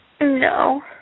No